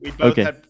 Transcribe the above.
Okay